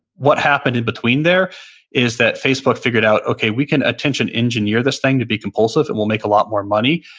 what happened in between there is that facebook figured out, okay, we can attention-engineer this thing to be compulsive, and we'll make a lot more money.